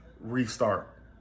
restart